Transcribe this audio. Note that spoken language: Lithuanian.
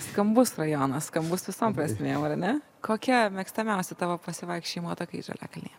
skambus rajonas skambus visom prasmėm ar ne kokie mėgstamiausi tavo pasivaikščiojimo takai žaliakalnyje